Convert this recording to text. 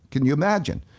can you imagine?